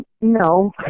No